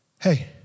hey